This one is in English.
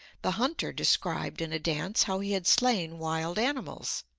the hunter described in a dance how he had slain wild animals.